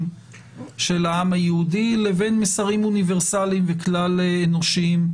של העם היהודי לבין מסרים אוניברסליים וכלל אנושיים.